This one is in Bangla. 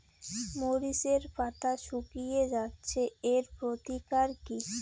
মরিচের পাতা শুকিয়ে যাচ্ছে এর প্রতিকার কি?